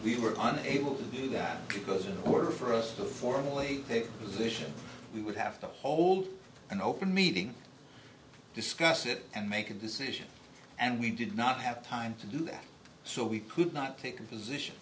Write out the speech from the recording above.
we were unable to do that because in order for us to formally take positions we would have to hold an open meeting discuss it and make a decision and we did not have time to do that so we could not take a position